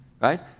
right